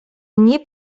nie